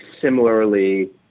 similarly